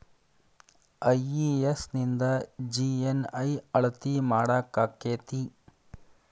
IES ನಿಂದ GNI ಅಳತಿ ಮಾಡಾಕಕ್ಕೆತಿ?